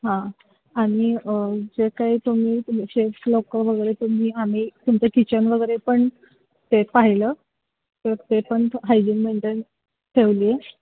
हां आणि जे काही तुम्ही शेफ लोकं वगैरे तुम्ही आम्ही तुमचं किचन वगैरे पण ते पाहिलं तर ते पण हायजिन मेंटेन ठेवली आहे